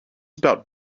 about